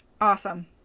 Awesome